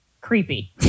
creepy